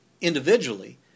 individually